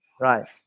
Right